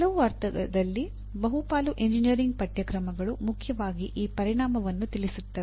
ಕೆಲವು ಅರ್ಥದಲ್ಲಿ ಬಹುಪಾಲು ಎಂಜಿನಿಯರಿಂಗ್ ಪಠ್ಯಕ್ರಮಗಳು ಮುಖ್ಯವಾಗಿ ಈ ಪರಿಣಾಮವನ್ನು ತಿಳಿಸುತ್ತವೆ